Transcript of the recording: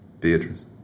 Beatrice